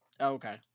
okay